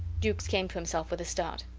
jukes came to himself with a start.